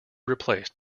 replaced